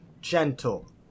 ...gentle